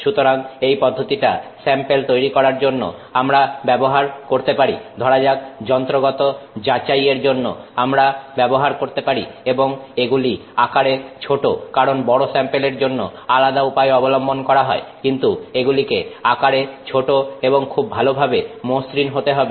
সুতরাং এই পদ্ধতিটা স্যাম্পেল তৈরি করার জন্য আমরা ব্যবহার করতে পারি ধরা যাক যন্ত্রগত যাচাই এর জন্য আমরা ব্যবহার করতে পারি এবং এগুলি আকারে ছোট কারণ বড় স্যাম্পেলের জন্য আলাদা উপায় অবলম্বন করা হয় কিন্তু এগুলিকে আকারে ছোট এবং খুব ভালোভাবে মসৃণ হতে হবে